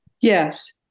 Yes